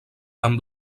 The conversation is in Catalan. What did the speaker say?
amb